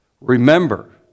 Remember